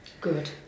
Good